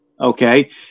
okay